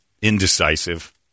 indecisive